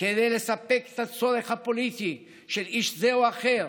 כדי לספק את הצורך הפוליטי של איש זה או אחר